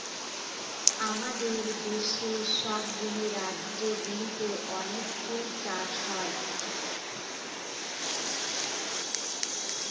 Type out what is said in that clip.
আমাদের দেশের সব গুলা রাজ্য গুলোতে অনেক ফুল চাষ হয়